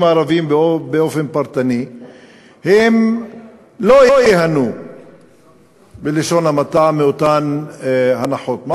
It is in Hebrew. הערביים באופן פרטני לא ייהנו בלשון המעטה מאותן הנחות מס.